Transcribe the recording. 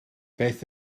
beth